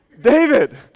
David